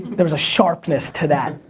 there was a sharpness to that.